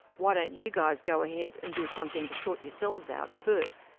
why don't you guys go ahead and do something to sort yourselves out first,